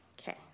Okay